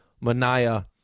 Mania